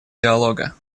диалога